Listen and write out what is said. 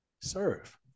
serve